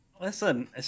listen